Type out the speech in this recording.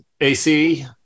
AC